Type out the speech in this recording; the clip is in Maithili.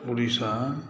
उड़ीसा